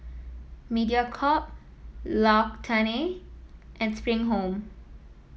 Mediacorp L'Occitane and Spring Home